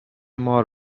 مار